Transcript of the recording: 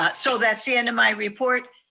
ah so that's the end of my report,